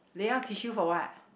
lay out tissue for what